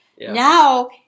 Now